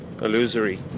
illusory